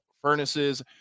furnaces